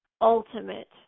ultimate